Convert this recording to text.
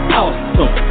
awesome